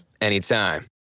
anytime